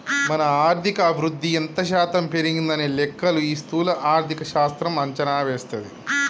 మన ఆర్థిక వృద్ధి ఎంత శాతం పెరిగిందనే లెక్కలు ఈ స్థూల ఆర్థిక శాస్త్రం అంచనా వేస్తది